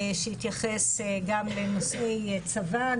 שהתייחס גם לנושאי צבא,